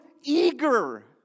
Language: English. eager